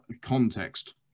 context